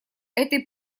этой